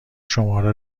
شماره